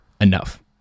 enough